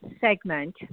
segment